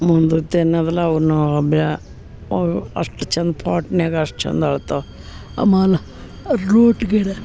ಮುಂದತ್ ಏನು ಅದಲ್ಲ ಅವನ್ನು ಬ್ಯಾ ಅವು ಅಷ್ಟು ಚಂದ ಪ್ವಾಟ್ನ್ಯಾಗೆ ಅಷ್ಟು ಚಂದ ಅರ್ಳ್ತಾವೆ ಆಮೇಲ್ ರೂಟ್ ಗಿಡ